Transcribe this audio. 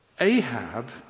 Ahab